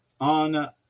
on